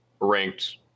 ranked